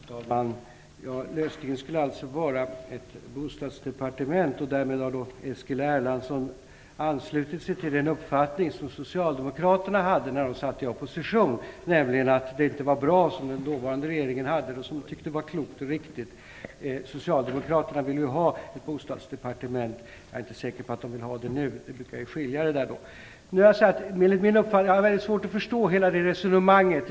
Herr talman! Lösningen skulle alltså vara ett bostadsdepartement. Därmed har Eskil Erlandsson anslutit sig till en uppfattning som socialdemokraterna hade när de satt i opposition, nämligen att det som den dåvarande regeringen tyckte var klokt och riktigt inte var bra. Socialdemokraterna ville ju ha ett bostadsdepartement. Jag är inte säker på att de vill ha det nu. Det brukar ju skifta. Jag har väldigt svårt att förstå hela det resonemanget.